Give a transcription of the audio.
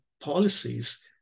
policies